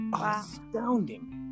Astounding